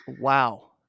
Wow